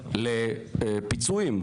לפיצויים,